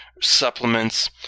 supplements